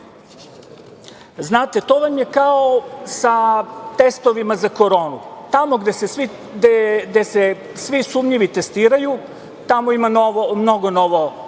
Znate, to vam je kao sa testovima za koronu, tamo gde se svi sumnjivi testiraju, tamo ima mnogo